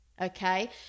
okay